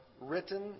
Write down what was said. written